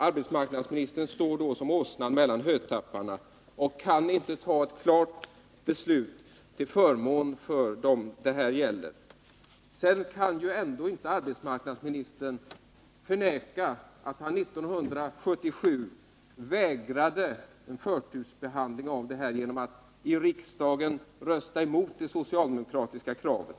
Arbetsmarknadsministern står som åsnan framför hötapparna och kan inte ta klar ställning till förmån för dem som det här gäller. Arbetsmarknadsministern kan vidare inte förneka att han 1977 motsatte sig en förtursbehandling av denna fråga genom att i riksdagen rösta emot det socialdemokratiska förslaget.